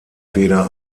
weder